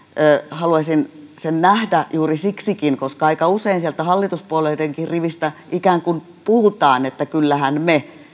haluaisin sen nähdä juuri siksikin että aika usein sieltä hallituspuolueidenkin rivistä ikään kuin puhutaan että kyllähän me